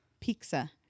Pizza